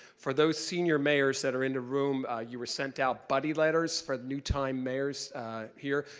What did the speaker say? for those senior mayors that are and room, you were sent out buddy letters for new-time mayors here.